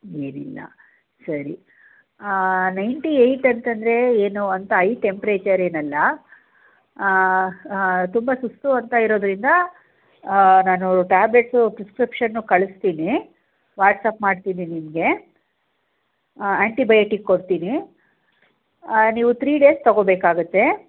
ಏನಿಲ್ಲ ಸರಿ ninety eight ಅಂತಂದರೆ ಏನು ಅಂಥ ಹೈ ಟೆಂಪ್ರೇಚರ್ ಏನಲ್ಲ ತುಂಬ ಸುಸ್ತು ಅಂತ ಇರೋದ್ರಿಂದ ನಾನು ಟ್ಯಾಬ್ಲೆಟ್ಸು ಪ್ರಿಸ್ಕ್ರಿಪ್ಕ್ಷನು ಕಳಿಸ್ತೀನಿ ವಾಟ್ಸ್ಅಪ್ ಮಾಡ್ತೀನಿ ನಿಮಗೆ ಆ್ಯಂಟಿಬಯೋಟಿಕ್ ಕೊಡ್ತೀನಿ ನೀವು ತ್ರೀ ಡೇಸ್ ತಗೋಬೇಕಾಗುತ್ತೆ